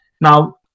Now